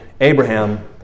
Abraham